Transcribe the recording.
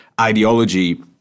ideology